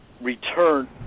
return